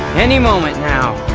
any moment now,